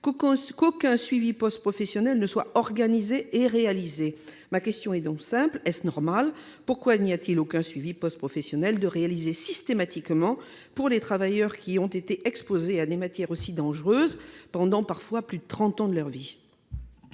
qu'aucun suivi post-professionnel ne soit organisé et réalisé. Ma question est donc simple : est-ce normal ? Pourquoi un suivi post-professionnel n'est-il pas systématiquement réalisé pour les travailleurs qui ont été exposés à des matières si dangereuses pendant parfois plus de trente ans de leur vie ?